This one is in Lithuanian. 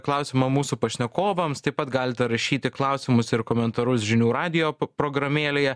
klausimą mūsų pašnekovams taip pat galite rašyti klausimus ir komentarus žinių radijo programėlėje